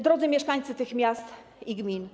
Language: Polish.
Drodzy Mieszkańcy tych miast i gmin!